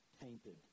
tainted